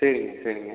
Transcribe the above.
சரிங்க சரிங்க